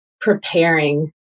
preparing